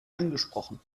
angesprochen